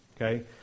okay